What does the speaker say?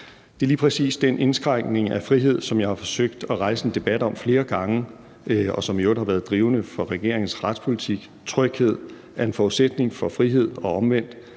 Det er lige præcis den indskrænkning af frihed, som jeg har forsøgt at rejse en debat om flere gange, og som i øvrigt har været drivende for regeringens retspolitik. Tryghed er en forudsætning for frihed og omvendt.